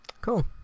Cool